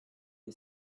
the